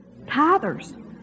Tithers